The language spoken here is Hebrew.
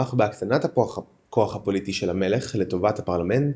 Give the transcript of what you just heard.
תמך בהקטנת הכוח הפוליטי של המלך לטובת הפרלמנט,